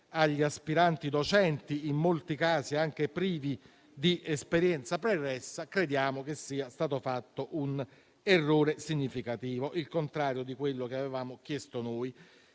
agli aspiranti docenti, in molti casi anche privi di esperienza pregressa, crediamo che sia stato fatto un errore significativo, il contrario di quello che avevamo chiesto noi.